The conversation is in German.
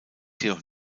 jedoch